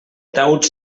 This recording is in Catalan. taüts